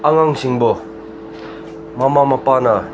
ꯑꯉꯥꯡꯁꯤꯡꯕꯨ ꯃꯃꯥ ꯃꯄꯥꯅ